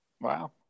Wow